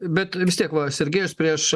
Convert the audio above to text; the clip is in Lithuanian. bet vis tiek va sergėjus prieš